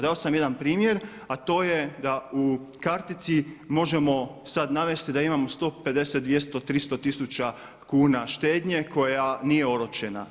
Dao sam jedan primjer a to je da u kartici možemo sad navesti da imamo 150, 200, 300 tisuća kuna štednje koja nije oročena.